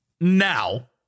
now